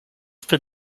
for